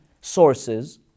sources